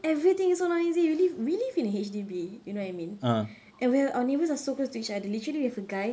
everything is so noisy we live we live in a H_D_B you know what I mean and we're our neighbours are so close to each other literally there's a guy